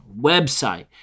website